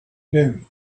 him